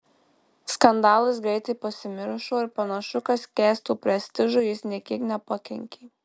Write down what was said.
skandalas greitai pasimiršo ir panašu kad kęsto prestižui jis nė kiek nepakenkė